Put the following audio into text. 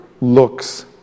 looks